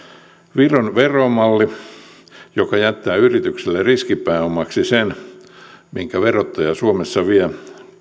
viron veromalli joka jättää yritykselle riskipääomaksi sen minkä verottaja suomessa vie